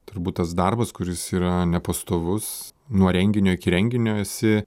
turbūt tas darbas kuris yra nepastovus nuo renginio iki renginio esi